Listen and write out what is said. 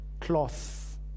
cloth